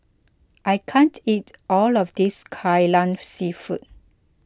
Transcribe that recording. I can't eat all of this Kai Lan Seafood